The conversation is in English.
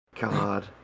God